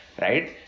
right